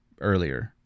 earlier